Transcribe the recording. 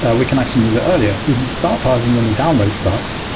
ah we can actually move earlier. we can stop parsing when the download starts,